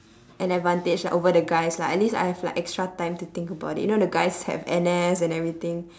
an advantage like over the guys like at least I have like extra time to think about it you know the guys have N_S and everything